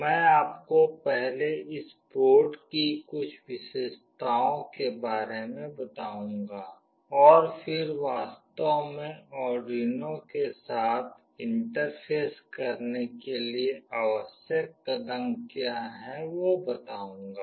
मैं आपको पहले इस बोर्ड की कुछ विशेषताओं के बारे में बताउंगी और फिर वास्तव में आर्डुइनो के साथ इंटरफ़ेस करने के लिए आवश्यक कदम क्या हैं वो बताउंगी